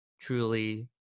truly